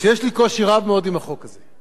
שיש לי קושי רב מאוד עם החוק הזה.